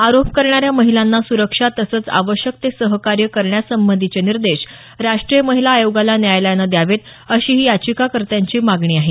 आरोप करणाऱ्या महिलांना सुरक्षा तसंच आवश्यक ते सहकार्य करण्यासंबंधीचे निर्देश राष्ट्रीय माहिला आयोगाला न्यायालयानं द्यावेत अशी ही याचिकाकत्यांची मागणी आहे